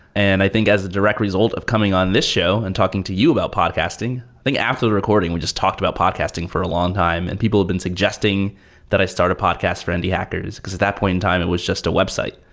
and i think as a direct result of coming on this show and talking to you about podcasting, i think after recording, we just talked about podcasting for a long time and people have been suggesting that i start a podcast for indie hackers, because at that point in time it was just a website.